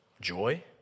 joy